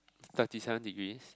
thirty seven degrees